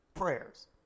prayers